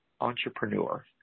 entrepreneur